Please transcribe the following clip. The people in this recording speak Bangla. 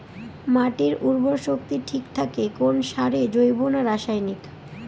মাটির উর্বর শক্তি ঠিক থাকে কোন সারে জৈব না রাসায়নিক?